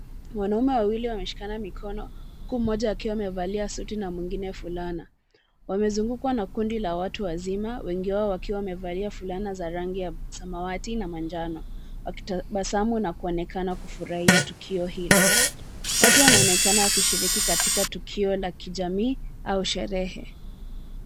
Wanaume wawili wameshikana mikono, huku mmoja akiwa amevalia suti na mwingine fulana. Wamezungukwa na kundi la watu wazima, wengi wao wakiwa wamevalia fulana za rangi ya samawati na manjano, wakitabasamu na kuonekana kufurahia tukio hilo. Watu wanaonekana wakishiriki katika tukio la kijamii au sherehe.